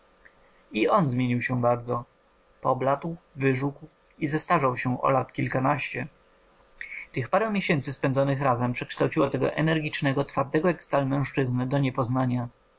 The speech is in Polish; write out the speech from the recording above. i on zmienił się bardzo pobladł wyżółkł i zestarzał się o lat kilkanaście tych parę miesięcy spędzonych razem przekształciło tego energicznego twardego jak stal mężczyznę do niepoznania